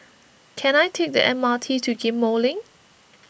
can I take the M R T to Ghim Moh Link